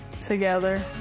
together